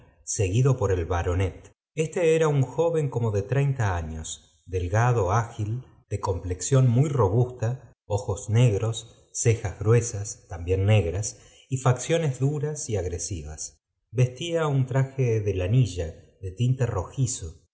seguido flor el baronet bate era un joven como de treinta años delgado gil de complexión muy robusta oíos negrofttoejas gruesas también negras y facciones dura agredas vestía bn traje de lanilla de tinte rojizo